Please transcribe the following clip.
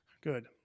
Good